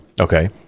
okay